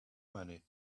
many